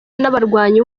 n’abarwanyi